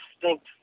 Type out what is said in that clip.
distinct